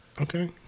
Okay